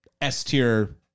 S-tier